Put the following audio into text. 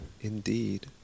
Indeed